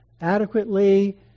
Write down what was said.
adequately